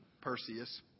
Perseus